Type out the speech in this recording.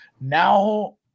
Now